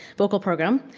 local program.